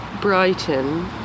Brighton